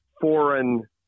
foreign